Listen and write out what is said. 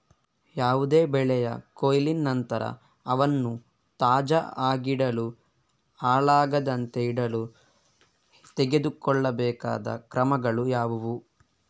ಯಾವುದೇ ಬೆಳೆಯ ಕೊಯ್ಲಿನ ನಂತರ ಅವನ್ನು ತಾಜಾ ಆಗಿಡಲು, ಹಾಳಾಗದಂತೆ ಇಡಲು ತೆಗೆದುಕೊಳ್ಳಬೇಕಾದ ಕ್ರಮಗಳು ಯಾವುವು?